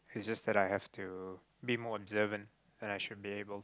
it's just that I have to be more observant then I should be able